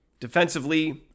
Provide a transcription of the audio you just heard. Defensively